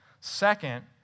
Second